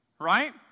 right